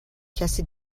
کسی